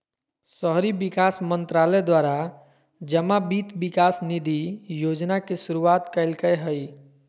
शहरी विकास मंत्रालय द्वारा जमा वित्त विकास निधि योजना के शुरुआत कल्कैय हइ